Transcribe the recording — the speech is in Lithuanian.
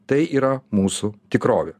tai yra mūsų tikrovė